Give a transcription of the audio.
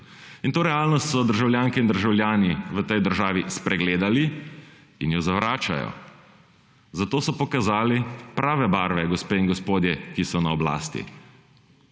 In to realnost so državljanke in državljani v tej državi spregledali in jo zavračajo. Zato so pokazali prave barve gospe in gospodje, ki so na oblasti.